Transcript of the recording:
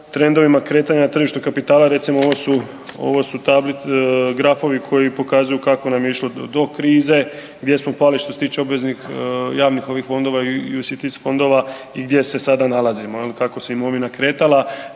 trendovima kretanja na tržištu kapitala. Recimo ovo su, ovo su grafovi koji pokazuju kako nam je išlo do krize, gdje smo pali što se tiče obveznih javnih ovih fondova i jusitis fondova gdje se sada nalazimo jel, kako se imovina kretala.